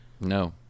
No